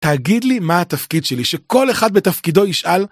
תגיד לי מה התפקיד שלי שכל אחד בתפקידו ישאל.